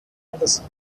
anderson